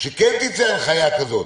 שכן תצא הנחייה כזאת.